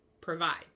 provide